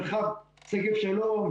מרחב שגב שלום,